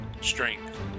Strength